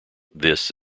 this